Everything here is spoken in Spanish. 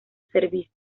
servicio